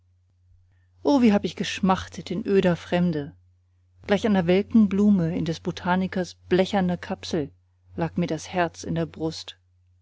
o wie hab ich geschmachtet in öder fremde gleich einer welken blume in des botanikers blecherner kapsel lag mir das herz in der brust